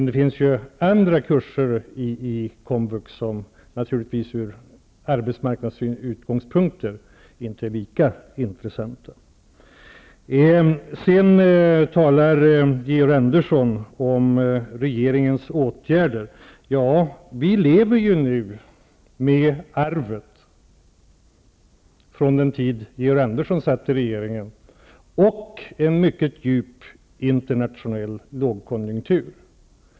Det finns andra kurser i kom vux som med utgångspunkt i arbetsmarknaden inte är lika intressanta. Georg Andersson talar om regeringens åtgärder. Vi lever med ''arvet'' från den tid då Georg An dersson satt i regeringen och därtill en mycket djup internationell lågkonjunktur.